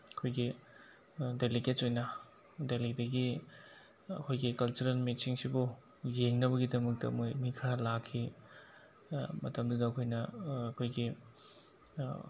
ꯑꯩꯈꯣꯏꯒꯤ ꯗꯦꯂꯤꯀꯦꯠꯁ ꯑꯣꯏꯅ ꯗꯦꯜꯂꯤꯗꯒꯤ ꯑꯩꯈꯣꯏꯒꯤ ꯀꯜꯆꯔꯦꯜ ꯃꯤꯠꯁꯤꯡꯁꯤꯕꯨ ꯌꯦꯡꯅꯕꯒꯤꯗꯃꯛꯇ ꯃꯣꯏ ꯃꯤ ꯈꯔ ꯂꯥꯛꯈꯤ ꯃꯇꯝꯗꯨꯗ ꯑꯩꯈꯣꯏꯅ ꯑꯩꯈꯣꯏꯒꯤ